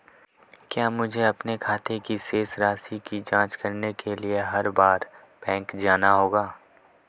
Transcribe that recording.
क्या मुझे अपने खाते की शेष राशि की जांच करने के लिए हर बार बैंक जाना होगा?